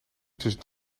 tussen